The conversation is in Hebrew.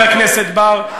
חבר הכנסת בר,